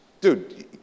dude